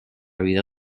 vida